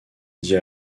dit